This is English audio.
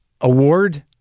award